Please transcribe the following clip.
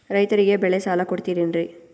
ರೈತರಿಗೆ ಬೆಳೆ ಸಾಲ ಕೊಡ್ತಿರೇನ್ರಿ?